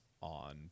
on